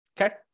Okay